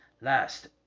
last